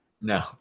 No